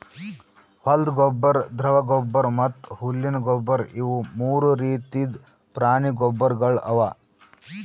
ಹೊಲ್ದ ಗೊಬ್ಬರ್, ದ್ರವ ಗೊಬ್ಬರ್ ಮತ್ತ್ ಹುಲ್ಲಿನ ಗೊಬ್ಬರ್ ಇವು ಮೂರು ರೀತಿದ್ ಪ್ರಾಣಿ ಗೊಬ್ಬರ್ಗೊಳ್ ಅವಾ